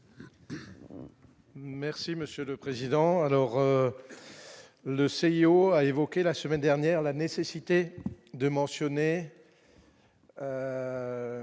Merci Monsieur le Président, alors le CIO a évoqué la semaine dernière la nécessité de mentionner